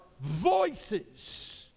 voices